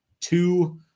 two